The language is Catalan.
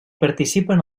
participen